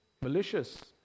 malicious